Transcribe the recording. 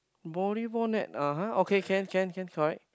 volleyball net (uh huh) okay can can can correct